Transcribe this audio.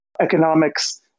economics